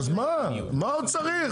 אז מה, מה עוד צריך?